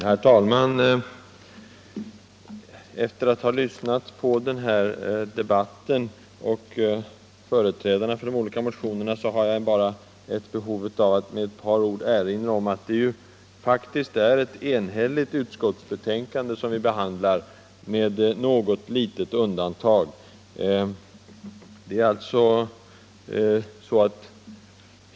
Herr talman! Efter att ha lyssnat på den här debatten och på företrädare för de olika motionerna, har jag ett behov av att erinra om att det faktiskt med ett enda undantag är ett enhälligt utskottsbetänkande som vi behandlar.